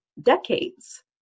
decades